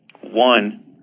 One